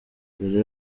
mbere